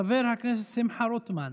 חבר הכנסת שמחה רוטמן.